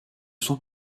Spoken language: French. sont